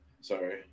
sorry